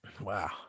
Wow